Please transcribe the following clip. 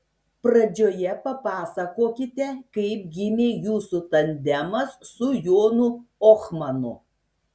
pradžioje papasakokite kaip gimė jūsų tandemas su jonu ohmanu